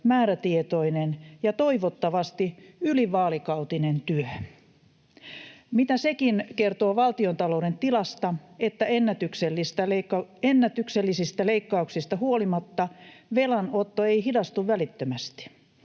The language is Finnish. määrätietoinen ja toivottavasti ylivaalikautinen työ. Mitä sekin kertoo valtiontalouden tilasta, että ennätyksellisistä leikkauksista huolimatta velanotto ei hidastu välittömästi?